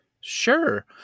Sure